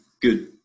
good